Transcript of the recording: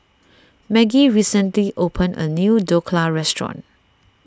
Maggie recently opened a new Dhokla restaurant